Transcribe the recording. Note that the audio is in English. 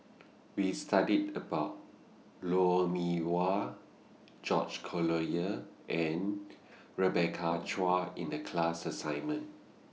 We studied about Lou Mee Wah George Collyer and Rebecca Chua in The class assignment